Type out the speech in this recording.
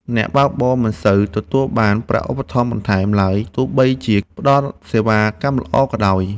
អ្នកបើកបរមិនសូវទទួលបានប្រាក់ឧបត្ថម្ភបន្ថែមឡើយ បើទោះបីជាផ្ដល់សេវាកម្មល្អក៏ដោយ។